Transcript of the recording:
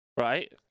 right